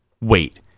Wait